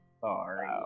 sorry